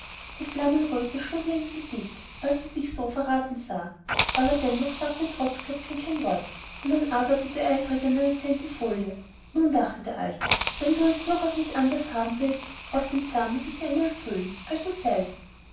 die flammenröte schlug ihr ins gesicht als sie sich so verraten sah aber dennoch sagte trotzköpfchen kein wort sondern arbeitete eifrig an einer zentifolie nun dachte der alte wenn du es durchaus nicht anders haben willst auf den zahn muß ich dir einmal fühlen also sei's